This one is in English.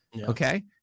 okay